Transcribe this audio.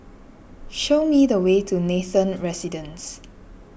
show me the way to Nathan Residences